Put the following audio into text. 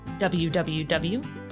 www